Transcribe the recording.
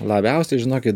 labiausiai žinokit